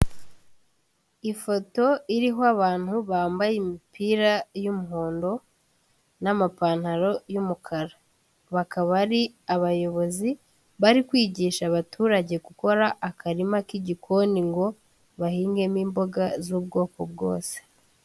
Ifoto iriho abantu bambaye imipira y'umuhondo n'amapantaro y'umukara. Bakaba ari abayobozi bari kwigisha abaturage gukora akarima k'igikoni ngo bahingemo imboga z'ubwoko bwose.